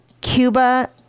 Cuba